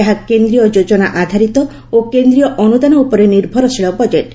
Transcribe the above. ଏହା କେନ୍ଦୀୟ ଯୋଜନା ଆଧାରିତ ଓ କେଦ୍ରୀୟ ଅନୁଦାନ ଉପରେ ନିର୍ଭରଶୀଳ ବଜେଟ୍